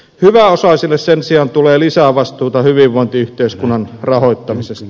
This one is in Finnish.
hyväosaisille sen sijaan tulee lisää vastuuta hyvinvointiyhteiskunnan rahoittamisesta